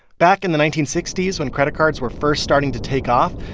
back in the nineteen sixty s, when credit cards were first starting to take off,